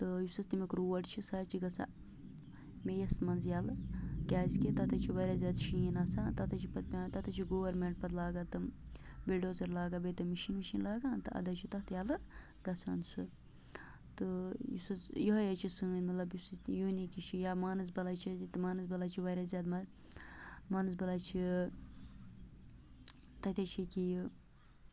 تہٕ یُس حظ تَمیُک روڈ چھِ سُہ حظ چھِ گژھان مے یَس منٛز ییَلہٕ کیٛاز کہِ تَتھ حظ چھُ واریاہ زیادٕ شیٖن آسان تَتھ حظ چھِ پَتہٕ پٮ۪وان تَتھ حظ چھِ گورمینٹ پَتہٕ لاگان تم بلڈوزر لاگان بیٚیہِ تمِ مِشیٖن وِشیٖن لاگان تہٕ اَد حظ چھِ تَتھ ییلہِ گژھان سُہ تہٕ یُس حظ یِہوے حظ چھِ سٲنۍ مطلب یُس یوٗنیٖک یہِ چھِ یا مانَسبَلا چھِ ییٚتہِ مانَسبَلا چھِ واریاہ زیادٕ مز مانَسبَلا چھِ تَتہِ حظ چھِ یہِ کہِ یہِ